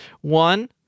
one